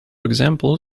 example